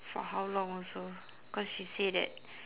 for how long also cause she say that